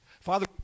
Father